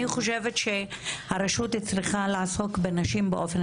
אני חושבת שהרשות צריכה לעסוק בנשים באופן